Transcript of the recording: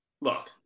look